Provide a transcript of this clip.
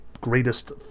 greatest